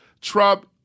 Trump